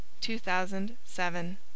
2007